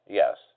yes